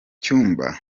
cyumba